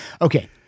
Okay